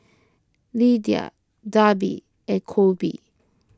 Lidia Darby and Coby